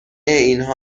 اینها